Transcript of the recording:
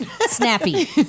Snappy